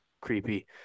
creepy